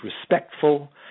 respectful